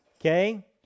Okay